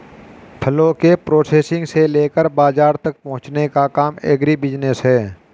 फलों के प्रोसेसिंग से लेकर बाजार तक पहुंचने का काम एग्रीबिजनेस है